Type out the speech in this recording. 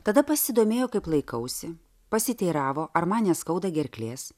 tada pasidomėjo kaip laikausi pasiteiravo ar man neskauda gerklės